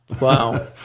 Wow